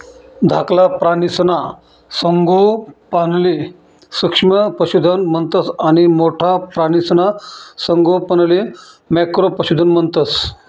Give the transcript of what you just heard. धाकला प्राणीसना संगोपनले सूक्ष्म पशुधन म्हणतंस आणि मोठ्ठा प्राणीसना संगोपनले मॅक्रो पशुधन म्हणतंस